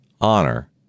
honor